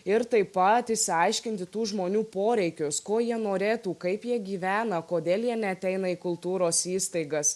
ir taip pat išsiaiškinti tų žmonių poreikius ko jie norėtų kaip jie gyvena kodėl jie neateina į kultūros įstaigas